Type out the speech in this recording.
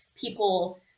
people